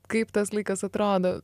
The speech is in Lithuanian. kaip tas laikas atrodo